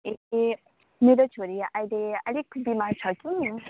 ए मेरो छोरी अहिले आलिक बिमार छ कि